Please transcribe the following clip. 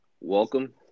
welcome